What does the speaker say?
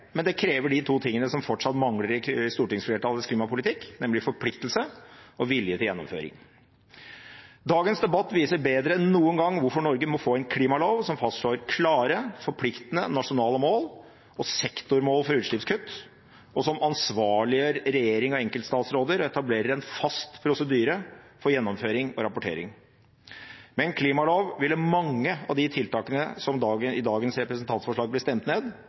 Men det krever de to tingene som fortsatt mangler i stortingsflertallets klimapolitikk, nemlig forpliktelse og vilje til gjennomføring. Dagens debatt viser bedre enn noen gang hvorfor Norge må få en klimalov som fastslår klare, forpliktende, nasjonale mål og sektormål for utslippskutt, og som ansvarliggjør regjering og enkeltstatsråder og etablerer en fast prosedyre for gjennomføring og rapportering. Med en klimalov ville mange av de tiltakene som blir stemt ned i dagens representantforslag,